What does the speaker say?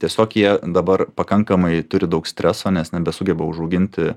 tiesiog jie dabar pakankamai turi daug streso nes nebesugeba užauginti